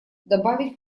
добавить